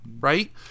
right